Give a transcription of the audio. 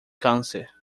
câncer